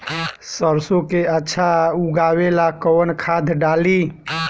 सरसो के अच्छा उगावेला कवन खाद्य डाली?